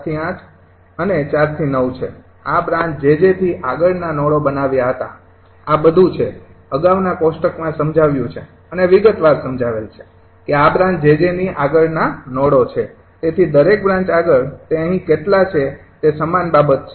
Jj sending end m૧IS receiving end m૨IR branch jj આગળ ના નોડ N બ્રાન્ચ jj આગળની બ્રાંચો jjથી આગળની કુલ બ્રાંચો નો ક્રમાંક B ૧ ૧ ૨ ૨૩૪૫૬૭૮૯ ૮ ૨૩૪૫૬૭૮ ૭ ૨ ૨ ૩ ૩૪૫૬૯ ૫ ૩૪૫૮ ૪ ૩ ૩ ૪ ૪૫૬૯ ૪ ૪૫૮ ૩ ૪ ૪ ૫ ૫૬ ૨ ૫ ૧ ૫ ૫ ૬ ૬ ૧ ૦ ૦ ૬ ૨ ૭ ૭૮ ૨ ૭ ૧ ૭ ૭ ૮ ૮ ૧ ૦ ૦ ૮ ૪ ૯ ૯ ૧ ૦ ૦ તેથી દરેક બ્રાન્ચ આગળ તે અહીં કેટલા છે તે સમાન બાબત છે